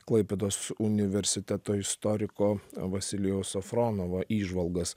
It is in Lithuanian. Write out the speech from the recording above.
klaipėdos universiteto istoriko vasilijaus safronovo įžvalgas